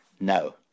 No